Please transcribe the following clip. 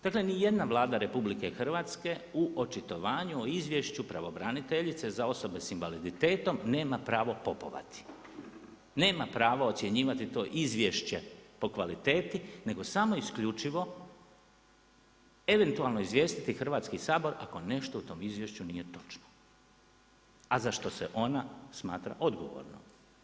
Dakle nijedna Vlada RH u očitovanju o Izvješću pravobraniteljica za osobe s invaliditetom nema pravo popovati, nema pravo ocjenjivati to izvješće po kvaliteti nego samo isključivo eventualno izvijestiti Hrvatski sabor ako nešto u tom izvješću nije točno, a zašto se ona smatra odgovornom.